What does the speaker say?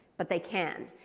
but they can.